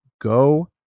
go